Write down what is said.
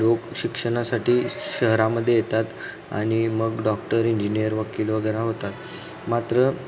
लोक शिक्षणासाठी शहरामध्ये येतात आणि मग डॉक्टर इंजिनियर वकील वगैरे होतात मात्र